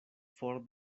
for